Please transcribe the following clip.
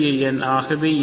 ஆகவே a 1 b 1 என்க